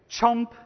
chomp